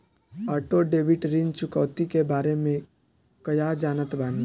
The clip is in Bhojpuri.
ऑटो डेबिट ऋण चुकौती के बारे में कया जानत बानी?